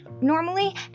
normally